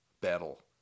battle